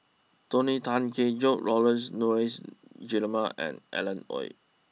Tony Tan Keng Joo Laurence Nunns Guillemard and Alan Oei